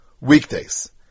Weekdays